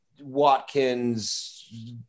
Watkins